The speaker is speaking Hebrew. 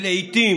שלעיתים